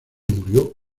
murió